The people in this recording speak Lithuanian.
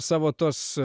savo tuos